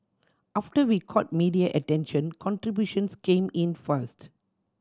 after we caught media attention contributions came in fast